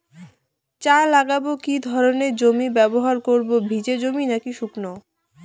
চা লাগাবো কি ধরনের জমি ব্যবহার করব ভিজে জমি নাকি শুকনো?